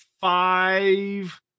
five